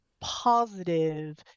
positive